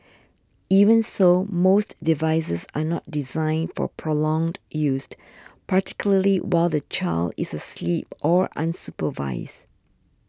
even so most devices are not designed for prolonged used particularly while the child is asleep or unsupervised